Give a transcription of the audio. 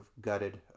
gutted